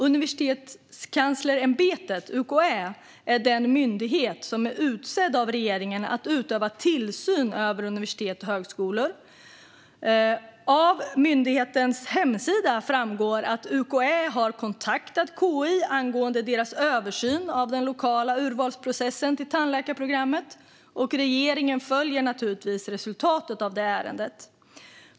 Universitetskanslersämbetet, UKÄ, är den myndighet som är utsedd av regeringen att utöva tillsyn över universitet och högskolor. Av myndighetens hemsida framgår att UKÄ har kontaktat KI angående dess översyn av den lokala urvalsprocessen till tandläkarprogrammet. Regeringen följer givetvis resultatet av ärendet.